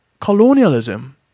colonialism